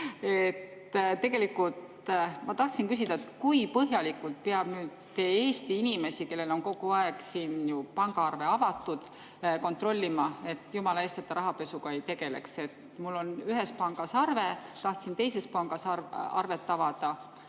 ma tahan küsida, kui põhjalikult peab nüüd Eesti inimesi, kellel on kogu aeg siin ju pangaarve avatud olnud, kontrollima, et jumala eest rahapesuga ei tegeletaks. Mul on ühes pangas arve, tahtsin teises pangas arvet avada,